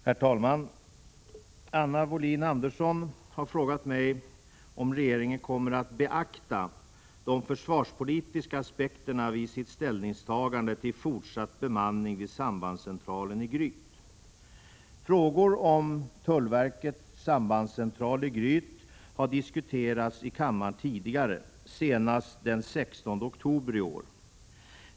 Herr talman! Anna Wohlin-Andersson har frågat mig om regeringen kommer att beakta de försvarspolitiska aspekterna vid sitt ställningstagande till fortsatt bemanning vid sambandscentralen i Gryt. Frågor om tullverkets sambandscentral i Gryt har diskuterats i kammaren tidigare, senast den 16 oktober i år.